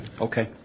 Okay